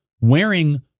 wearing